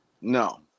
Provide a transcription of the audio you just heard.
No